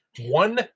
One